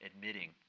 admitting